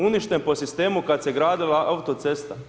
Uništen po sistemu kad se gradila autocesta.